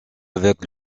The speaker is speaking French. avec